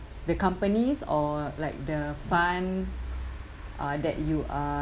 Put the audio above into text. the companies or like the fund uh that you are